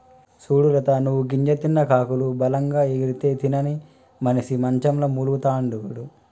సూడు లత నువ్వు గింజ తిన్న కాకులు బలంగా ఎగిరితే తినని మనిసి మంచంల మూల్గతండాడు